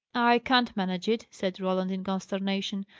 i can't manage it, said roland, in consternation.